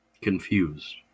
Confused